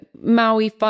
Maui